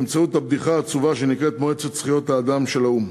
באמצעות הבדיחה העצובה שנקראת מועצת זכויות האדם של האו"ם.